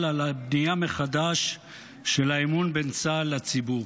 על הבנייה מחדש של אמון בין צה"ל לציבור.